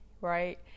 Right